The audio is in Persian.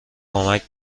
کمک